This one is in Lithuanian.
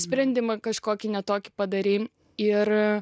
sprendimą kažkokį ne tokį padarei ir